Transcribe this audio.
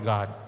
God